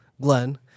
Glenn